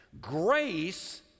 Grace